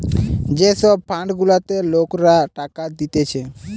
যে সব ফান্ড গুলাতে লোকরা টাকা দিতেছে